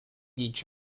each